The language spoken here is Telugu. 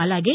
అలాగే